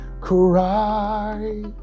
cry